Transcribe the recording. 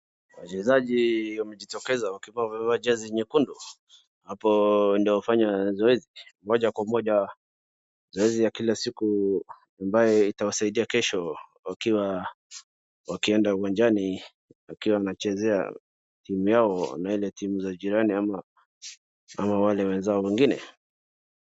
Wachezaji wamejitokeza wakiwa wamevaa jezi nyekundu hapo ndio wafanya zoezi moja kwa moja zoezi ya kila siku ambayo itawasaidia kesho wakienda uwanjani, wakiwa wanachezea timu yao na ile timu ya jirani ama wale wenzao wengine.